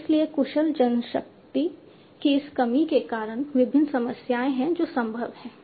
इसलिए कुशल जनशक्ति की इस कमी के कारण विभिन्न समस्याएं हैं जो संभव हैं